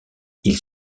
ils